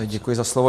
Děkuji za slovo.